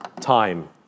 time